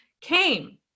came